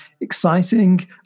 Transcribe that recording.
exciting